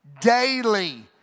Daily